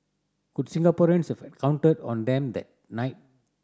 could Singaporeans have counted on them that night